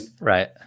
right